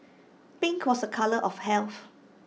pink was A colour of health